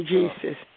Jesus